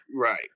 right